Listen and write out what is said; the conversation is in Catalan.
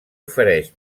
ofereix